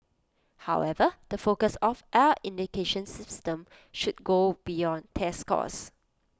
however the focus of our education system should go beyond test scores